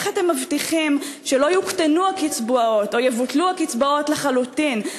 איך אתם מבטיחים שלא יוקטנו הקצבאות או יבוטלו הקצבאות לחלוטין?